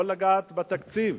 לא לגעת בתקציב.